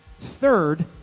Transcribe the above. Third